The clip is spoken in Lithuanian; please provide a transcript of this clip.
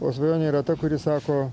o svajonė yra ta kuri sako